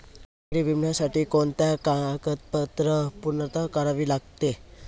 सागरी विम्यासाठी कोणत्या कागदपत्रांची पूर्तता करावी लागते?